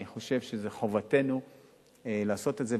אני חושב שחובתנו לעשות את זה,